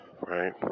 right